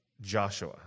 Joshua